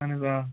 اَہَن حظ آ